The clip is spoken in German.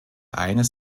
eines